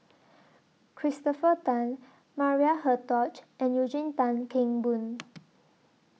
Christopher Tan Maria Hertogh and Eugene Tan Kheng Boon